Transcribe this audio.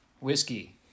Whiskey